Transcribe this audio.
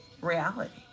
reality